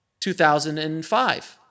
2005